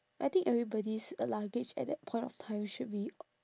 I think everybody's luggage at that point of time should be